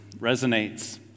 resonates